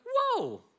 whoa